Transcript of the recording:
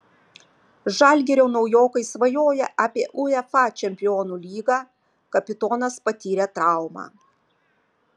žalgirio naujokai svajoja apie uefa čempionų lygą kapitonas patyrė traumą